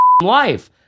life